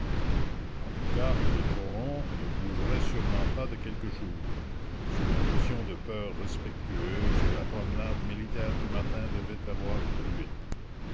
en tout cas les corons ne bougeraient sûrement pas de quelques jours sous l'impression de peur respectueuse que la promenade militaire du matin devait avoir produite